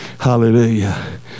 Hallelujah